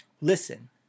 listen